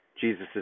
Jesus